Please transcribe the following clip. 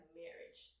marriage